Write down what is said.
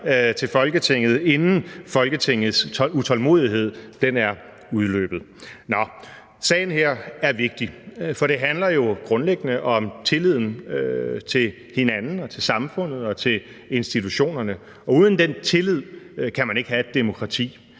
til Folketinget, inden Folketingets tålmodighed er udløbet. Nå! Sagen her er vigtig, for det handler jo grundlæggende om tilliden til hinanden og til samfundet og til institutionerne, og uden den tillid kan man ikke have et demokrati.